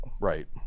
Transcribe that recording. Right